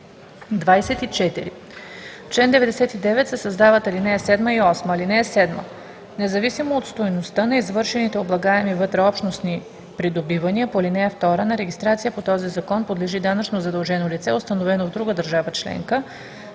24. В чл. 99 се създават ал. 7 и 8: „(7) Независимо от стойността на извършените облагаеми вътреобщностни придобивания по ал. 2, на регистрация по този закон подлежи данъчно задължено лице, установено в друга държава членка,